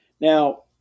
Now